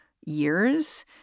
years